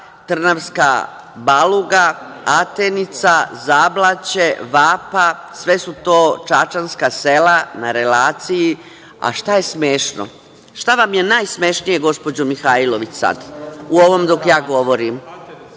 Trnavska Baluga, Atenica, Zablaće, Vapa, sve su to čačanska sela.A šta je smešno? Šta vam je najsmešnije gospođo Mihajlović sada, u ovome dok ja govorim?